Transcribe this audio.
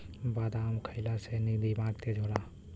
बादाम खइला से दिमाग तेज होला